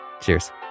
Cheers